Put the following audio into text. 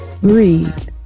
Breathe